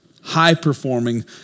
High-performing